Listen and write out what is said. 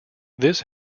this